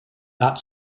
that